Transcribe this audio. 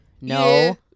No